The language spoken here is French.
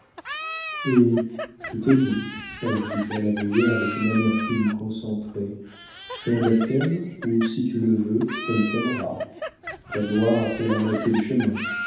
eh tout est dit répliqua la brière avec une amertume concentrée elle t'aime ou si tu le veux elle t'aimera ta gloire a fait la moitié du chemin